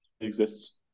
exists